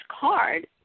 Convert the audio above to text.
card